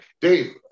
Dave